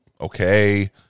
okay